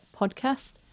podcast